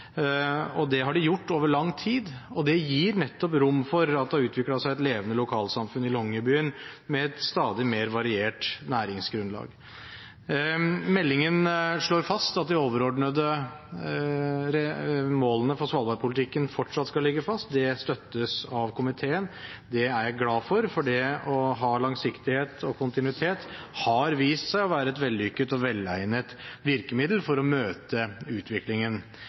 og det har de gjort over lang tid. Det gir rom for at det har utviklet seg et levende lokalsamfunn i Longyearbyen, med et stadig mer variert næringsgrunnlag. Meldingen slår fast at de overordnede målene for Svalbard-politikken fortsatt skal ligge fast. Det støttes av komiteen, og det er jeg glad for. For å ha langsiktighet og kontinuitet har vist seg å være et vellykket og velegnet virkemiddel for å møte utviklingen